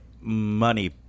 money